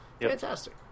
Fantastic